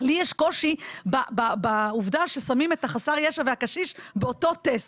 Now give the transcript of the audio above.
לי יש קושי עם העובדה ששמים את החסר ישע והקשיש באותו טס,